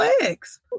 legs